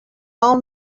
all